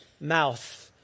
mouth